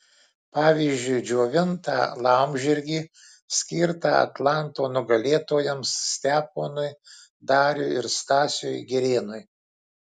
pavyzdžiui džiovintą laumžirgį skirtą atlanto nugalėtojams steponui dariui ir stasiui girėnui